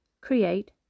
Create